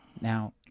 Now